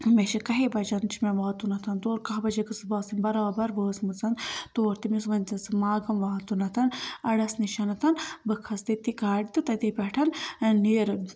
مےٚ چھُ کہے بَجہٕ چھُ مےٚ واتُن تور کاہ بَجے گٔژھٕس بہٕ آسٕنۍ بَرابَر وٲژمٕژ تور تٔمِس ؤنۍ زِ ژٕ ماگَم واتُن اَڈَس نِش بہٕ کھژٕ تٔتی گاڑِ تہٕ تٔتے پٮ۪ٹھ ٲں نیرو